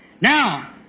Now